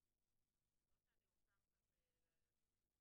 השעה 9:22 ואני פותח את ישיבת ועדת העבודה,